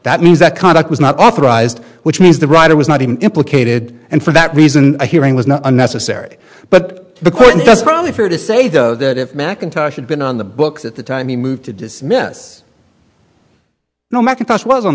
that means that conduct was not authorized which means the writer was not even implicated and for that reason a hearing was not necessary but the could just probably fair to say though that if mcintosh had been on the books at the time he moved to dismiss no macintosh was on